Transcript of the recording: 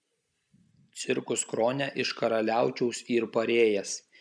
cirkus krone iš karaliaučiaus yr parėjęs